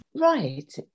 Right